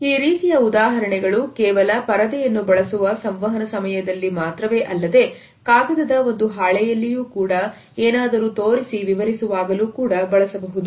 ಈ ರೀತಿಯ ಉದಾಹರಣೆಗಳು ಕೇವಲ ಪರದೆಯನ್ನು ಬಳಸುವ ಸಂವಹನ ಸಮಯದಲ್ಲಿ ಮಾತ್ರವೇ ಅಲ್ಲದೆ ಕಾಗದದ ಒಂದು ಹಾಳೆಯಲ್ಲಿಯೂ ಕೂಡ ಏನಾದರೂ ತೋರಿಸಿ ವಿವರಿಸುವಾಗಲೂ ಬಳಸಬಹುದು